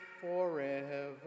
forever